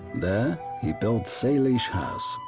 there he built saleesh house,